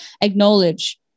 acknowledge